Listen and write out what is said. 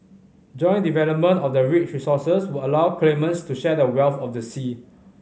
joint development of the rich resources would allow claimants to share the wealth of the sea